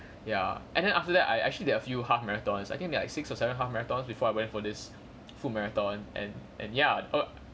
ya and then after that I I actually there are a few half marathons I think there are six or seven half marathons before I went for this full marathon and and ya err